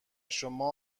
شما